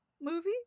movie